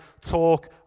talk